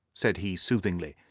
said he soothingly,